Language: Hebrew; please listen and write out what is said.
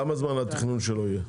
כמה זמן התכנון שלו יהיה?